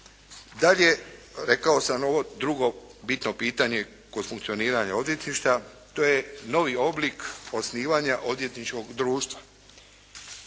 Dalje, rekao sam ovo drugo bitno pitanje kod funkcioniranja odvjetništva. To je novi oblik osnivanja odvjetničkog društva.